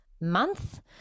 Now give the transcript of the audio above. month